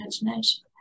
imagination